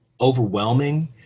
overwhelming